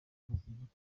mazimpaka